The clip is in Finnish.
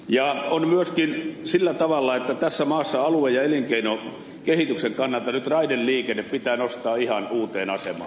on myöskin sillä tavalla että tässä maassa alue ja elinkeinokehityksen kannalta raideliikenne pitää nyt nostaa ihan uuteen asemaan